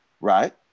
right